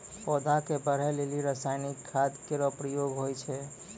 पौधा क बढ़ै लेलि रसायनिक खाद केरो प्रयोग होय छै